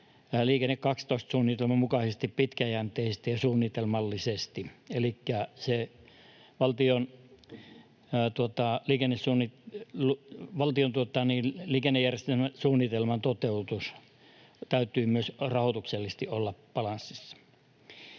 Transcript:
Liikenne 12 -suunnitelman mukaisesti pitkäjänteisesti ja suunnitelmallisesti. Elikkä valtion liikennejärjestelmäsuunnitelman toteutuksen täytyy olla myös rahoituksellisesti balanssissa.